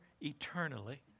eternally